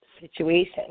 situation